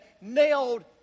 nailed